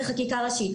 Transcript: --- רננה,